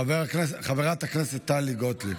חברת הכנסת טלי גוטליב.